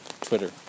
Twitter